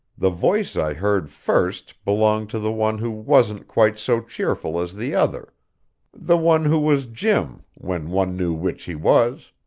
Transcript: the voice i heard first belonged to the one who wasn't quite so cheerful as the other the one who was jim when one knew which he was.